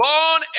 Born